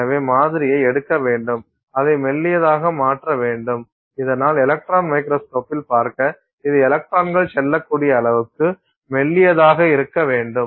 எனவே மாதிரியை எடுக்க வேண்டும் அதை மெல்லியதாக மாற்ற வேண்டும் இதனால் எலக்ட்ரான் மைக்ரோஸ்கோப்பில் பார்க்க அது எலக்ட்ரான்கள் செல்லக்கூடிய அளவுக்கு மெல்லியதாக இருக்க வேண்டும்